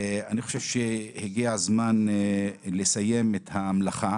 אני חושב שהגיע הזמן לסיים את המלאכה,